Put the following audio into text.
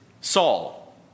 Saul